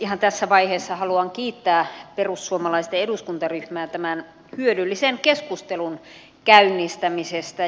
ihan tässä vaiheessa haluan kiittää perussuomalaisten eduskuntaryhmää tämän hyödyllisen keskustelun käynnistämisestä